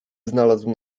znalazł